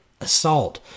assault